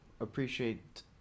appreciate